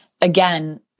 Again